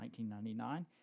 1999